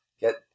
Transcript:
get